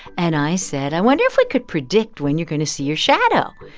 and i said, i wonder if we could predict when you're going to see your shadow.